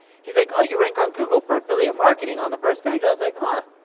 he's like, oh you rank on google for affiliate marketing on the first page. i was like, huh,